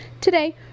Today